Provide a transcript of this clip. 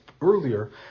earlier